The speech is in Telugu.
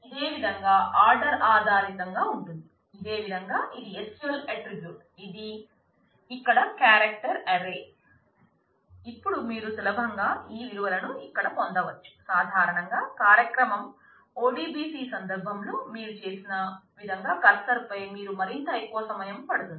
ఇప్పుడు మీరు సులభంగా ఈ విలువలు ఇక్కడ పొందవచ్చు సాధారణంగా కార్యక్రమం ODBC సందర్భంలో మీరు చేసిన విధంగా కర్సర్ పై మీరు మరింత ఎక్కువ సమయం పడుతుంది